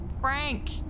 Frank